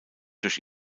durch